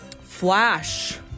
Flash